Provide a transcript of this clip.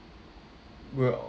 we'll